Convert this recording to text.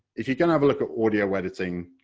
if you're going to have a look at audio editing,